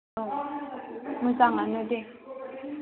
औ मोजाङानो दे